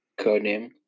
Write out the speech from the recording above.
Codename